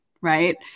right